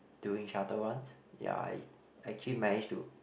doing shuttle runs ya I I actually manage to